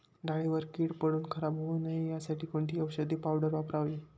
डाळीवर कीड पडून खराब होऊ नये यासाठी कोणती औषधी पावडर वापरावी?